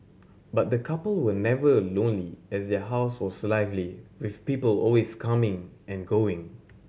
but the couple were never a lonely as their house was lively with people always coming and going